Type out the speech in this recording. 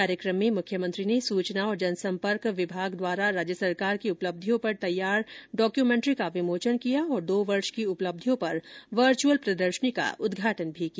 कार्यक्रम में मुख्यमंत्री ने सूचना और जनसंपर्क विभाग द्वारा राज्य सरकार की उपलब्धियों पर तैयार डॉक्यूमेंट्री का विमोचन किया और दो वर्ष की उपलब्धियों पर वर्च्यअल प्रदर्शनी का उदघाटन भी किया